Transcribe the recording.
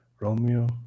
Romeo